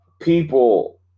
People